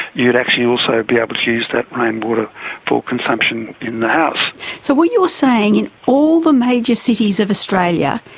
you'd actually also be able to use that main water for consumption in the house. so what you're saying in all the major cities of australia,